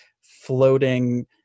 floating